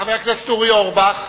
חבר הכנסת אורי אורבך,